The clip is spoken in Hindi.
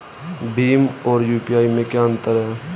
भीम और यू.पी.आई में क्या अंतर है?